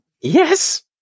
Yes